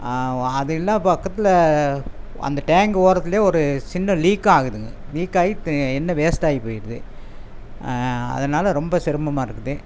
அது இல்லாம பக்கத்தில் அந்த டேங்கு ஓரத்திலே ஒரு சின்ன லீக் ஆகுதுங்க லீக் ஆகி எண்ணெய் வேஸ்ட் ஆகி போய்விடுது அதனால் ரொம்ப சிரமமாக இருக்குது